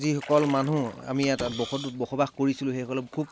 যিসকল মানুহ আমি ইয়াত বস বসবাস কৰিছিলোঁ সেইসককলক খুব